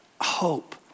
hope